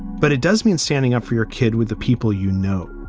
but it does mean standing up for your kid with the people, you know.